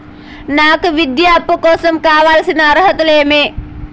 నాకు విద్యా అప్పు కోసం కావాల్సిన అర్హతలు ఏమి?